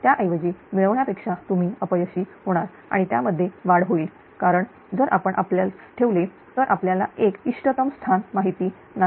त्याऐवजी मिळवण्यापेक्षा तुम्ही अपयशी होणार आणि त्यामध्ये वाढ होईल कारण जर आपण आपल्याच ठेवले तर आपल्याला एक इष्टतम स्थान माहिती नाही